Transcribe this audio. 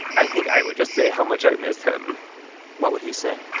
i think i would just say how much i miss him what would he say?